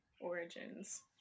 origins